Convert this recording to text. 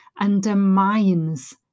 undermines